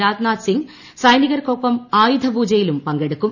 രാജ്നാഥ് സ്റ്റിങ് സൈനികർക്കൊപ്പം ആയുധപൂജയിലും പങ്കെടുക്കും